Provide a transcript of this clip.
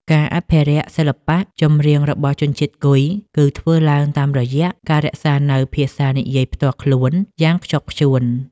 ការអភិរក្សសិល្បៈចម្រៀងរបស់ជនជាតិគុយ គឺធ្វើឡើងតាមរយៈការរក្សានូវភាសានិយាយផ្ទាល់ខ្លួនយ៉ាងខ្ជាប់ខ្ជួន។